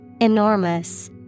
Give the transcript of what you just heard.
Enormous